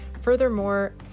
furthermore